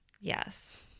Yes